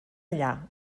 allà